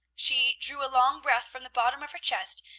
she drew a long breath from the bottom of her chest,